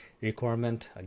requirement